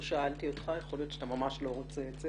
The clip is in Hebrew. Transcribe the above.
לא שאלתי אותך, יכול להיות שאתה ממש לא רוצה את זה